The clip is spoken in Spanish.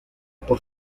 por